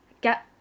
get